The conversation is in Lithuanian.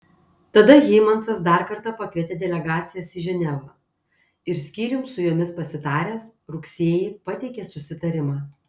tada hymansas dar kartą pakvietė delegacijas į ženevą ir skyrium su jomis pasitaręs rugsėjį pateikė susitarimą